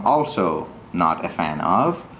also not a fan of,